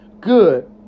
good